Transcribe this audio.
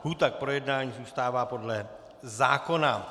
Lhůta k projednání zůstává podle zákona.